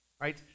right